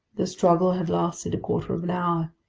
this struggle had lasted a quarter of an hour.